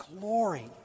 glory